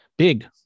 Big